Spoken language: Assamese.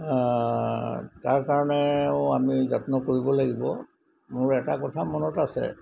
তাৰ কাৰণেও আমি যত্ন কৰিব লাগিব মোৰ এটা কথা মনত আছে